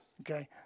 Okay